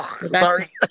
Sorry